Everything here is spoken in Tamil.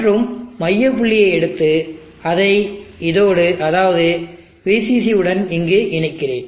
மற்றும் மையப் புள்ளியை எடுத்து அதை இதோடு அதாவது VCC உடன் இங்கு இணைக்கிறேன்